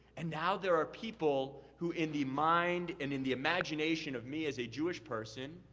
and now there are people who, in the mind and in the imagination of me as a jewish person,